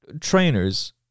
trainers